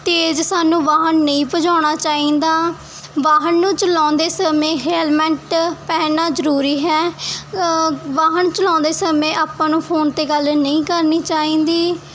ਤੇਜ਼ ਸਾਨੂੰ ਵਾਹਨ ਨਹੀਂ ਭਜਾਉਣਾ ਚਾਹੀਦਾ ਵਾਹਨ ਨੂੰ ਚਲਾਉਂਦੇ ਸਮੇਂ ਹੈਲਮੰਟ ਪਹਿਨਣਾ ਜ਼ਰੂਰੀ ਹੈ ਵਾਹਨ ਚਲਾਉਂਦੇ ਸਮੇਂ ਆਪਾਂ ਨੂੰ ਫੋਨ 'ਤੇ ਗੱਲ ਨਹੀਂ ਕਰਨੀ ਚਾਹੀਦੀ